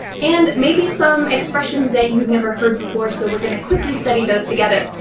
and maybe some expressions that you've never heard before. so we're gonna quickly study those together.